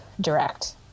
direct